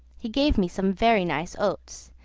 he gave me some very nice oats,